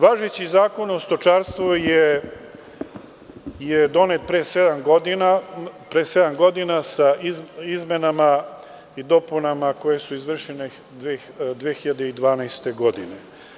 Važeći Zakon o stočarstvu je donet pre sedam godina sa izmenama i dopunama koje su izvršene 2012. godine.